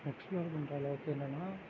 explore பண்ணுற அளவுக்கு என்னென்னா